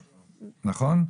כן.